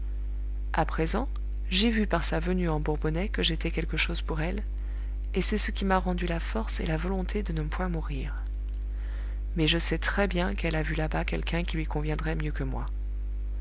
à présent j'ai vu par sa venue en bourbonnais que j'étais quelque chose pour elle et c'est ce qui m'a rendu la force et la volonté de ne point mourir mais je sais très-bien qu'elle a vu là-bas quelqu'un qui lui conviendrait mieux que moi